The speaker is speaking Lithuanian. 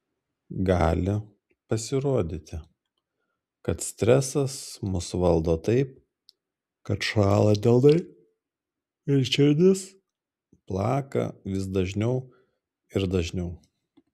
gali pasirodyti kad stresas mus valdo taip kad šąla delnai ir širdis plaka vis dažniau ir dažniau